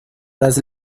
las